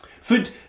Food